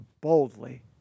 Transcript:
boldly